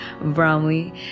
Bromley